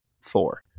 four